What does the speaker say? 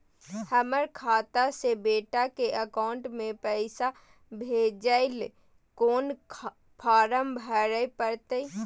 हमर खाता से बेटा के अकाउंट में पैसा भेजै ल कोन फारम भरै परतै?